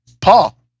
Paul